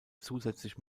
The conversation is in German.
zusätzlich